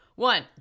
one